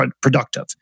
productive